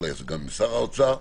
או סגן שר האוצר,